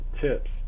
tips